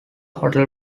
hotel